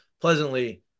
pleasantly